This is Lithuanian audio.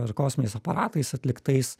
ir kosminiais aparatais atliktais